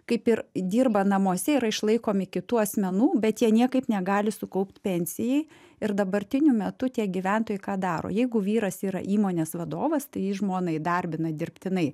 kaip ir dirba namuose yra išlaikomi kitų asmenų bet jie niekaip negali sukaupt pensijai ir dabartiniu metu tie gyventojai ką daro jeigu vyras yra įmonės vadovas tai jis žmoną įdarbina dirbtinai